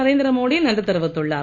நரேந்திரமோடி நன்றி தெரிவித்துள்ளார்